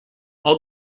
all